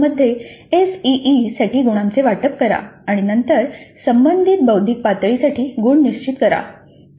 प्रत्येक सीओ मध्ये एसईईसाठी गुणांचे वाटप करा आणि नंतर संबंधित बौद्धिक पातळीसाठी गुण निश्चित करा